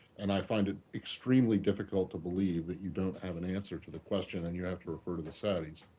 and i find it extremely difficult to believe that you don't have an answer to the question and you have to refer to the saudis,